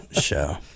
show